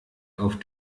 auf